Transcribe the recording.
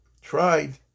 tried